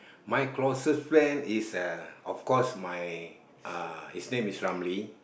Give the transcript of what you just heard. my closest friend is uh of course my uh his name is Ramley